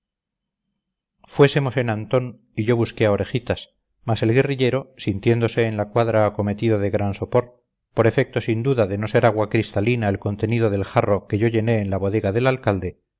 fuese mosén antón y yo busqué a orejitas mas el guerrillero sintiéndose en la cuadra acometido de gran sopor por efecto sin duda de no ser agua cristalina el contenido del jarro que yo llené en la bodega del alcalde